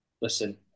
Listen